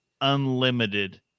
unlimited